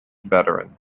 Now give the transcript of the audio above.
veteran